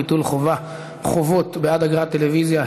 ביטול חובות בעד אגרת טלוויזיה),